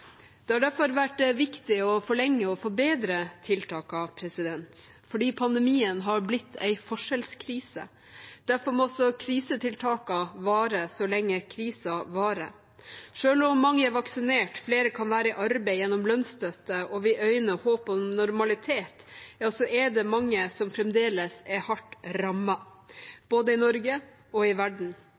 Det har derfor vært viktig å forlenge og forbedre tiltakene fordi pandemien har blitt en forskjellskrise. Derfor må også krisetiltakene vare så lenge krisen varer. Selv om mange er vaksinert, flere kan være i arbeid gjennom lønnsstøtte og vi øyner et håp om normalitet, er det mange som fremdeles er hardt rammet, både i Norge og i verden.